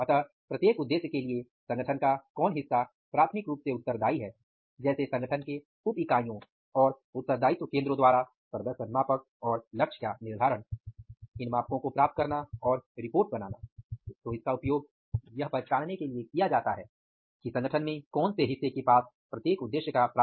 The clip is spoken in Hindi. अतः प्रत्येक उद्देश्य के लिए संगठन का कौन हिस्सा प्राथमिक रूप से उत्तरदायी है जैसे संगठन के उप इकाईयों और उत्तरदायित्व केन्द्रों द्वारा प्रदर्शन मापक और लक्ष्य का निर्धारण इन मापकों को प्राप्त करना और रिपोर्ट की डिजाईन बनाना